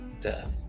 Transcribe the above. death